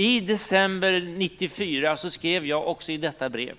I december 1994 skrev jag också i detta brev: